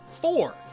Four